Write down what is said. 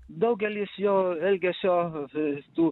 daugelis jo elgesio tų